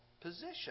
position